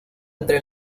entre